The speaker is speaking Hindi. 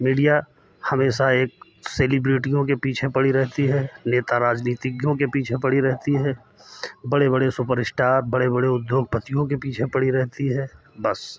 मीडिया हमेसा एक सेलिब्रिटियों के पीछे पड़ी रहती है नेता राजनीतिज्ञों के पीछे पड़ी रहती है बड़े बड़े सुपरस्टार बड़े बड़े उद्योगपतियों के पीछे पड़ी रहती है बस